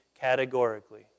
categorically